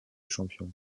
champion